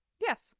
Yes